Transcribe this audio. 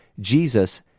Jesus